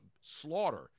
slaughter